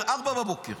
ב-04:00,